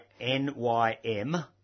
N-Y-M